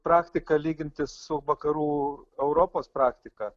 praktiką lyginti su vakarų europos praktika